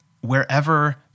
wherever